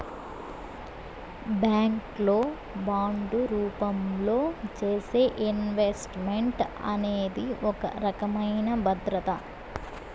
bank లో bond రూపంలో చేసే ఇన్వెస్ట్ మెంట్ అనేది ఒక రకమైన భద్రత